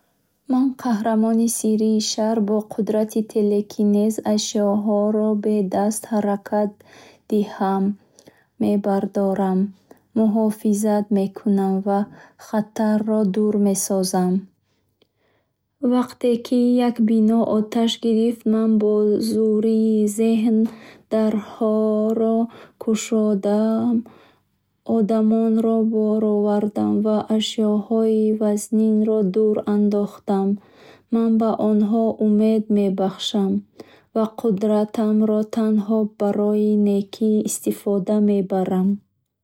Ман қаҳрамони сиррии шаҳр, бо қудрати телекинез. ашёҳоро бе даст ҳаракат диҳам мебардорам, муҳофизат мекунам, ва хатарро дур месозам. Вақте ки як бино оташ гирифт, ман бо зӯрии зеҳн дарҳоро кушодам, одамонро баровардем ва ашёҳои вазнинро дур андохтам. Ман ба онҳо умед мебахшам ва қудратамро танҳо барои некӣ истифода мебарам.